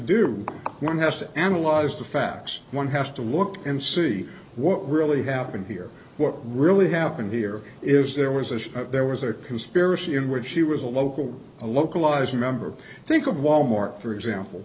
do one has to analyze the facts one has to look and see what really happened here what really happened here is there was a there was a conspiracy in which she was a local a localized remember think of wal mart for example